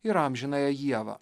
ir amžinąją ievą